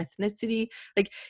ethnicity—like